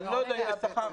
אני לא יודע אם בשכר.